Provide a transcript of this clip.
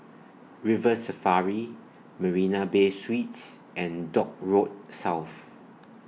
River Safari Marina Bay Suites and Dock Road South